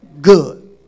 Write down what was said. good